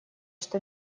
что